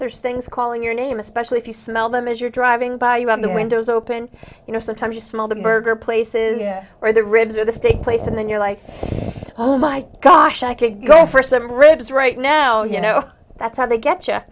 there's things calling your name especially if you smell them as you're driving by you on the windows open you know sometimes you smell the burger places where the ribs are the steak place and then you're like oh my gosh i could go for some bridges right now you know that's how they get y